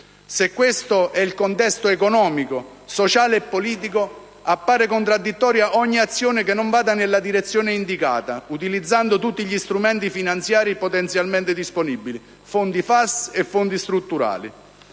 Se questo è il contesto economico, sociale e politico, appare contraddittoria ogni azione che non vada nella direzione indicata, utilizzando tutti gli strumenti finanziari potenzialmente disponibili (fondi FAS e fondi strutturali).